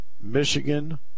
Michigan